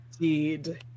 indeed